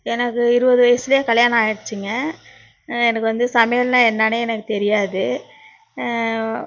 எனக்கு இருபது வயசுலே கல்யாணம் ஆயிடுச்சுங்க எனக்கு வந்து சமையல்னால் என்னானே எனக்கு தெரியாது